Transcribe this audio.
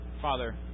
Father